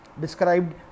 described